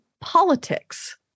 politics